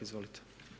Izvolite.